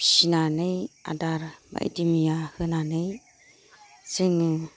फिनानै आदार बायदि मैया होनानै जोङो